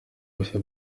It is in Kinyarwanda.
bihe